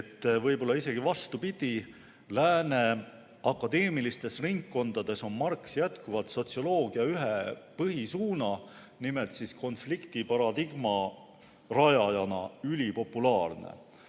Võib-olla isegi vastupidi, Lääne akadeemilistes ringkondades on Marx jätkuvalt sotsioloogia ühe põhisuuna, nimelt konflikti paradigma rajajana ülipopulaarne.